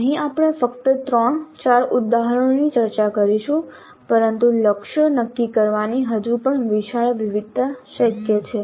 અહીં આપણે ફક્ત ત્રણ ચાર ઉદાહરણોની ચર્ચા કરીશું પરંતુ લક્ષ્યો નક્કી કરવાની હજુ પણ વિશાળ વિવિધતા શક્ય છે